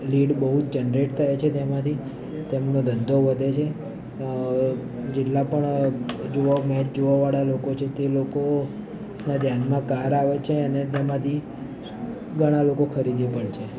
lead બહુ જ generate થાય છે તેમાંથી તેમનો ધંધો વધે છે જેટલા પણ જોવા મેચ જોવાવાળા લોકો છે તે લોકોના ધ્યાનમાં કાર આવે છે અને તેમાંથી ઘણાં લોકો ખરીદે પણ છે